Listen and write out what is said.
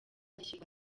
gishyirwa